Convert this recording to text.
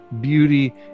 Beauty